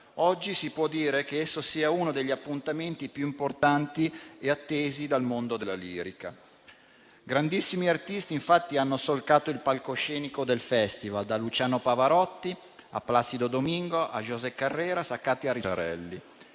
Oggi si può dire che esso sia uno degli appuntamenti più importanti e attesi dal mondo della lirica. Grandissimi artisti, infatti, hanno solcato il palcoscenico del Festival, da Luciano Pavarotti a Placido Domingo, da José Carreras a Katia Ricciarelli.